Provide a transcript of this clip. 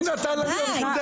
מי נתן לה להיות סטודנטית?